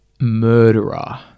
murderer